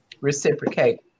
reciprocate